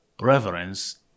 reverence